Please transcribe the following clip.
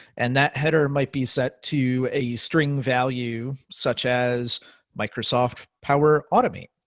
and that header might be set to a string value such as microsoft power automate.